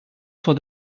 for